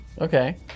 Okay